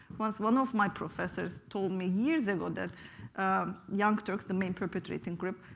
once one of my professors told me years ago that young turks, the main perpetrating group,